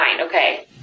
Okay